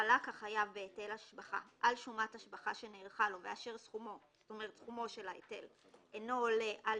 חלק החייב בהיטל השבחה על שומת השבחה שנערכה לו ואשר סכומו אינו עולה על